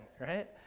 right